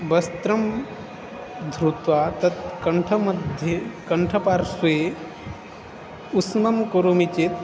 वस्त्रं धृत्वा तत् कण्ठमध्ये कण्ठपार्श्वे उष्णं करोमि चेत्